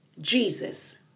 Jesus